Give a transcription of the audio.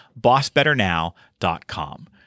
bossbetternow.com